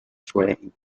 train